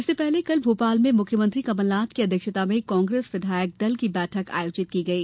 इससे पहले कल भोपाल में मुख्यमंत्री कमलनाथ की अध्यक्षता में कांग्रेस विधायक दल की बैठक आयोजित की गई